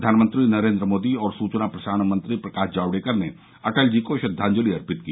प्रधानमंत्री नरेन्द्र मोदी और सूचना प्रसार मंत्री प्रकाश जावडेकर ने अटल जी को श्रद्वांजलि अर्पित की